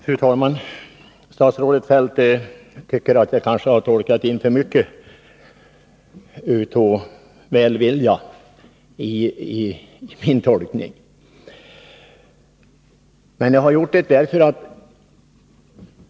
Fru talman! Statsrådet Feldt tycker att jag kanske tolkat in för mycket välvilja i hans svar.